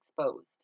Exposed